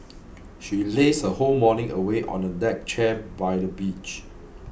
she lazed her whole morning away on a deck chair by the beach